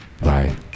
bye